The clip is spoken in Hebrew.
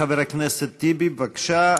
חבר הכנסת טיבי, בבקשה.